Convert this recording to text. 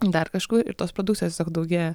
dar kažkur ir tos produkcijos tiesiog daugėja